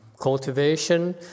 Cultivation